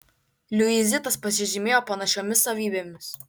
liuizitas pasižymėjo panašiomis savybėmis